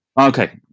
Okay